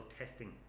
testing